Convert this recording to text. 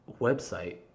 Website